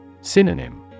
Synonym